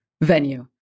venue